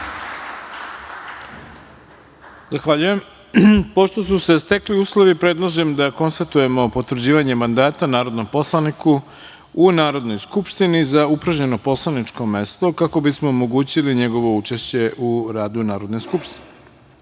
Zahvaljujem. Pošto su se stekli uslovi, predlažem da konstatujemo potvrđivanje mandata narodnom poslaniku u Narodnoj skupštini za upražnjeno poslaničko mesto, kako bismo omogućili njegovo učešće u radu Narodne skupštine. Uručena